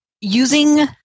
using